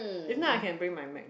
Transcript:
if not I can bring my MacBook